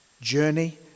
journey